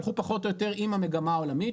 הלכו פחות או יותר עם המגמה העולמית,